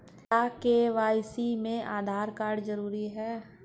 क्या के.वाई.सी में आधार कार्ड जरूरी है?